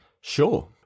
Sure